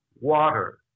water